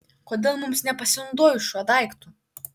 kodėl mums nepasinaudojus šiuo daiktu